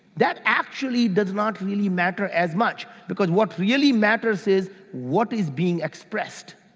that actually does not really matter as much because what really matters is what is being expressed.